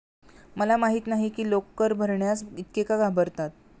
मला माहित नाही की लोक कर भरण्यास इतके का घाबरतात